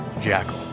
jackal